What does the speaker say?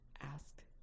ask